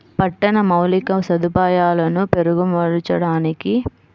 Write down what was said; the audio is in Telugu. పట్టణ మౌలిక సదుపాయాలను మెరుగుపరచడానికి కావలసిన వనరుల లభ్యతను పూల్డ్ ఫైనాన్స్ స్కీమ్ నిర్ధారిస్తుంది